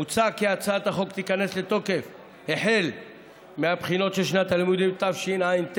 מוצע כי הצעת החוק תיכנס לתוקף החל מהבחינות של שנת הלימודים תשע"ט.